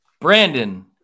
Brandon